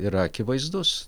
yra akivaizdus